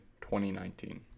2019